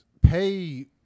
pay